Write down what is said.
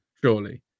surely